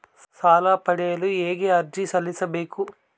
ಸಾಲ ಪಡೆಯಲು ಹೇಗೆ ಅರ್ಜಿ ಸಲ್ಲಿಸಬೇಕು?